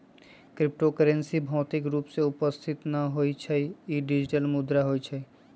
crypto currency भौतिक रूप में उपस्थित न होइ छइ इ डिजिटल मुद्रा होइ छइ